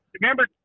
Remember